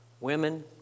women